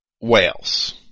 Wales